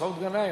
מסעוד גנאים.